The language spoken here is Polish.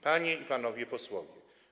Panie i Panowie Posłowie!